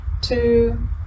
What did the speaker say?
two